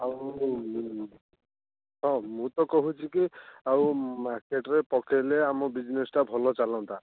ଆଉ ହଁ ମୁଁ ତ କହୁଛି କି ଆଉ ମାର୍କେଟରେ ପକାଇଲେ ଆମ ବିଜିନେସ୍ଟା ଭଲ ଚାଲନ୍ତା